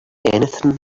anything